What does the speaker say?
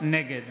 נגד